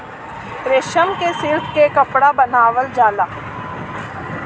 रेशम से सिल्क के कपड़ा बनावल जाला